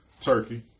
turkey